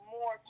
more